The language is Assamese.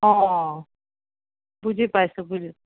অঁ অঁ বুজি পাইছোঁ বুজি